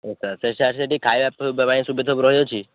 ହଁ ସାର୍ ସେ ସାର୍ ସେଠି ଖାଇବା ସୁବିଧା ସବୁ ରହିଅଛି